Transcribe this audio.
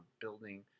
building